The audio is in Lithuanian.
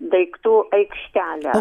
daiktų aikštelę